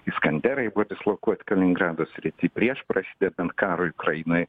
iskanterai buvo dislokuoti kaliningrado srity prieš prasidedant karui ukrainoj